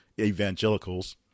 evangelicals